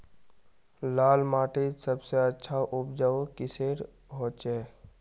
लाल माटित सबसे अच्छा उपजाऊ किसेर होचए?